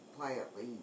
quietly